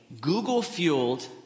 Google-fueled